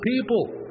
people